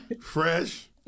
fresh